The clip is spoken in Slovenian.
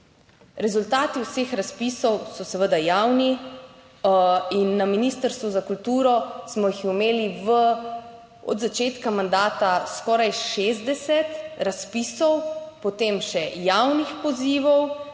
Rezultati vseh razpisov so seveda javni in na Ministrstvu za kulturo smo jih imeli v od začetka mandata skoraj 60 razpisov, potem še javnih pozivov